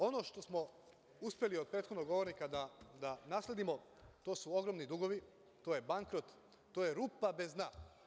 Ono što smo uspeli od prethodnog govornika da nasledimo jesu ogromni dugovi, to je bankrot, to je rupa bez dna.